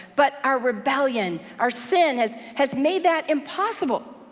but our rebellion, our sin has has made that impossible.